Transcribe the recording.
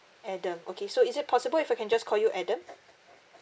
adam okay so is it possible if I can just call you adam